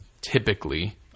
typically